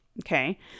okay